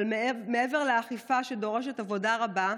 אבל מעבר לאכיפה, שדורשת עבודה רבה,